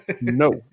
no